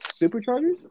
Superchargers